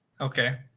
Okay